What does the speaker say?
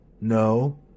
no